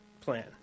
plan